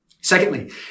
Secondly